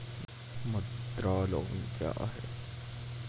मुद्रा लोन क्या हैं?